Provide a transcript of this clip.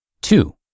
Two